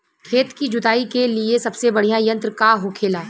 खेत की जुताई के लिए सबसे बढ़ियां यंत्र का होखेला?